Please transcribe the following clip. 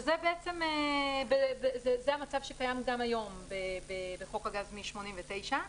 זה המצב שקיים גם היום מחוק הגז שנחקק ב-1989.